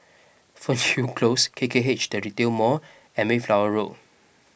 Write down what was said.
Fernhill Close K K H the Retail Mall and Mayflower Road